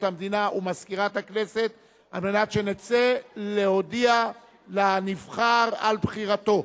המדינה ולמזכירת הכנסת על מנת שנצא להודיע לנבחר על בחירתו.